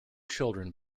children